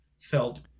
felt